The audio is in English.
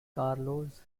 carlos